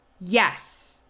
yes